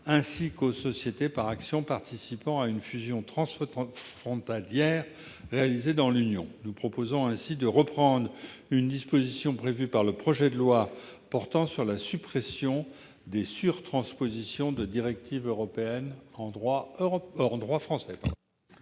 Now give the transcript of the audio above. ainsi qu'aux sociétés par actions participant à une fusion transfrontalière réalisée dans l'Union européenne. Nous proposons ainsi de reprendre une disposition prévue par le projet de loi portant suppression de sur-transpositions de directives européennes en droit français.